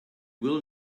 will